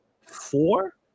four